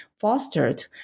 fostered